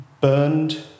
burned